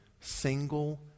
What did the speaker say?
single